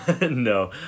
no